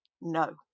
no